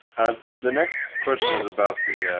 the next question is about the